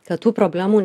kad tų problemų